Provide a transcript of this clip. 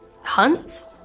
Hunts